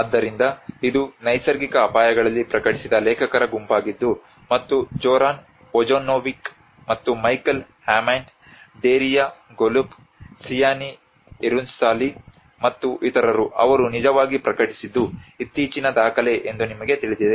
ಆದ್ದರಿಂದ ಇದು ನೈಸರ್ಗಿಕ ಅಪಾಯಗಳಲ್ಲಿ ಪ್ರಕಟಿಸಿದ ಲೇಖಕರ ಗುಂಪಾಗಿದ್ದು ಮತ್ತು ಜೋರನ್ ವೊಜಿನ್ನೋವಿಕ್ ಮತ್ತು Michael Hammond Daria Golub Sianee Hirunsalee ಮತ್ತು ಇತರರು ಅವರು ನಿಜವಾಗಿ ಪ್ರಕಟಿಸಿದ್ದು ಇತ್ತೀಚಿನ ದಾಖಲೆ ಎಂದು ನಿಮಗೆ ತಿಳಿದಿದೆ